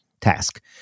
task